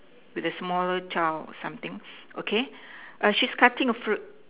with a small child something okay she's cutting a fruit